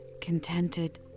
contented